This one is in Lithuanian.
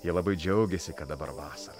jie labai džiaugėsi kad dabar vasara